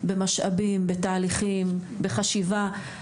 בהקצאת משאבים, בתהליכים ובחשיבה.